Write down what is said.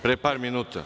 Pre par minuta?